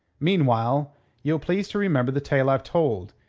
meanwhile ye'll please to remember the tale i've told,